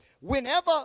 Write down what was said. whenever